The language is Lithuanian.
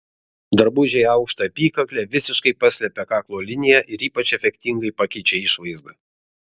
drabužiai aukšta apykakle visiškai paslepia kaklo liniją ir ypač efektingai pakeičia išvaizdą